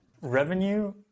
Revenue